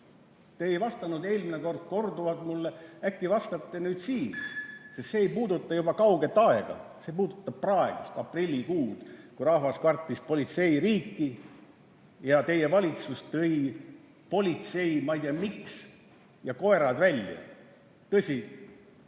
Te ei vastanud eelmine kord mulle, äkki vastate nüüd siin. Sest see ei puuduta kauget aega, see puudutab praegust aprillikuud, kui rahvas kartis politseiriiki ja teie valitsus tõi, ma ei tea, miks, politsei ja koerad välja. Tõsi,